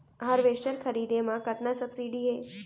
Harvester खरीदे म कतना सब्सिडी हे?